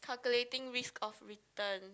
calculating risk of return